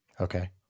Okay